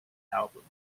albums